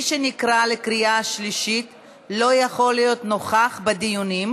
מי שנקרא בקריאה שלישית לא יכול להיות נוכח בדיונים,